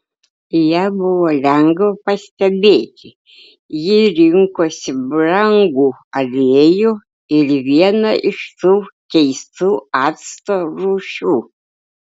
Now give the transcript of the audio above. ją buvo lengva pastebėti ji rinkosi brangų aliejų ir vieną iš tų keistų acto rūšių